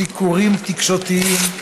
סיקורים תקשורתיים,